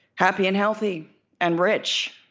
happy and healthy and rich